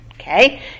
okay